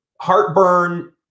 heartburn